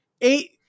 eight